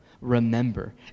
remember